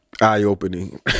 eye-opening